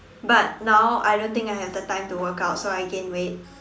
but now I don't think I have the time to workout so I gained weight